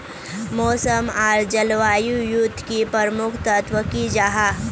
मौसम आर जलवायु युत की प्रमुख तत्व की जाहा?